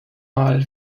mal